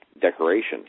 decoration